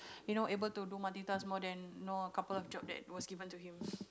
you know able to do multitask more than you know a couple of job that was given to him